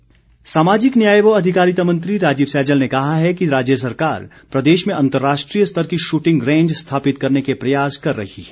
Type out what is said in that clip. सैजल सामाजिक न्याय व अधिकारिता मंत्री राजीव सैजल ने कहा है कि राज्य सरकार प्रदेश में अंतर्राष्ट्रीय स्तर की शूटिंग रेंज स्थापित करने के प्रयास कर रही है